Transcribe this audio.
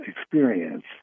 experience